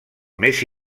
més